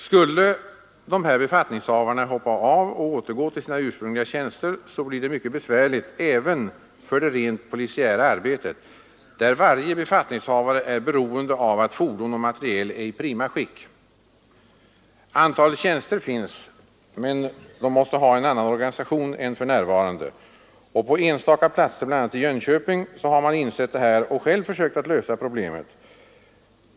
Skulle de hoppa av och återgå till sina ursprungliga tjänster, så skulle det bli mycket besvärligt även för det rent polisiära arbetet, där varje befattningshavare är beroende av att fordon och materiel är i prima skick. Antalet tjänster finns, men de måste ha en annan organisation än för närvarande. På enstaka platser — bl.a. i Jönköping — har man insett detta och själv försökt lösa problemet.